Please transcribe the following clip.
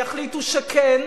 הם יחליטו שכן,